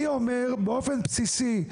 אני אומר באופן בסיסי,